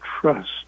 trust